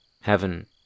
Heaven